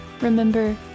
Remember